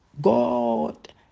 God